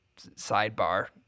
sidebar